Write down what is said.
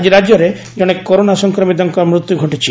ଆକି ରାଜ୍ୟରେ ଜଣେ କରୋନା ସଂକ୍ରମିତଙ୍କ ମୃତ୍ଧ୍ୟ ଘଟିଛି